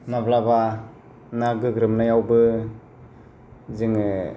माब्लाबा ना गोग्रोमनायावबो जोङो